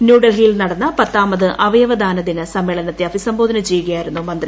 ന്യൂഡൽഹിയിൽട്ട് നടിന്ന് പത്താമത് അവയവദാനദിന സമ്മേളനത്തെ അഭിസംബ്കോദ്ധ്ന ചെയ്യുകയായിരുന്നു മന്തി